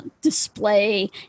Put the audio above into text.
display